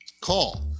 Call